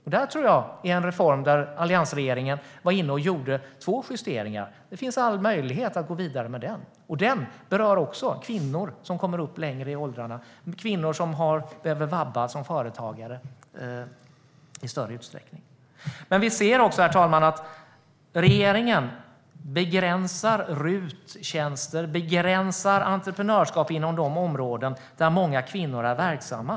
Alliansregeringen gjorde två justeringar i den reformen, och det finns all möjlighet att gå vidare. Den berör också kvinnor som kommer längre upp i åldrarna, kvinnor som behöver vabba som företagare i större utsträckning. Herr talman! Regeringen begränsar RUT-tjänster och entreprenörskap inom de områden där många kvinnor är verksamma.